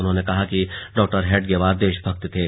उन्होंने कहा कि डॉ हेडगवार देशभक्त थे